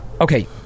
Okay